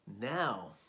Now